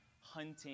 hunting